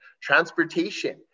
transportation